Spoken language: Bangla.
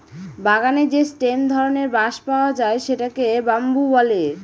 বাগানে যে স্টেম ধরনের বাঁশ পাওয়া যায় সেটাকে বাম্বু বলে